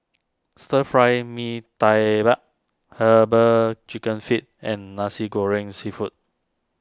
Stir Fry Mee Tai bar Herbal Chicken Feet and Nasi Goreng Seafood